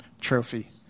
trophy